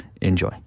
Enjoy